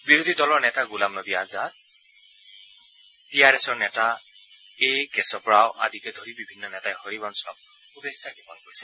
বিৰোধী দলৰ নেতা গুলাম নবী আজাদ টি আৰ এছৰ নেতা এ কেশব ৰাও আদিকে ধৰি বিভিন্ন নেতাই হৰিবংশক শুভেচ্ছা জ্ঞাপন কৰিছে